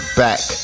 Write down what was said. back